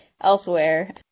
elsewhere